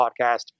podcast